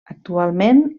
actualment